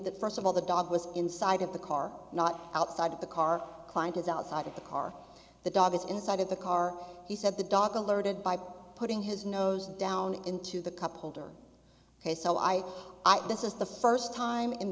that first of all the dog was inside of the car not outside of the car client is outside of the car the dog is inside of the car he said the dog alerted by putting his nose down into the cup holder ok so i i thought this is the first time in